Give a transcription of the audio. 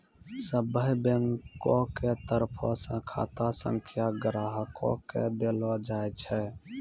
सभ्भे बैंको के तरफो से खाता संख्या ग्राहको के देलो जाय छै